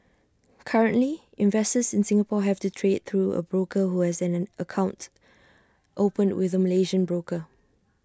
currently investors in Singapore have to trade through A broker who has an account opened with A Malaysian broker